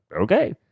Okay